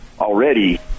already